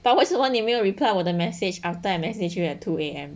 but 为什么你没有 reply 我的 message after I message you at two A_M